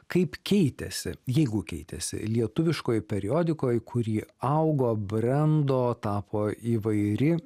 kaip keitėsi jeigu keitėsi lietuviškoj periodikoj kuri augo brendo tapo įvairi